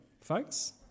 folks